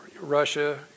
Russia